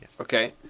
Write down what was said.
Okay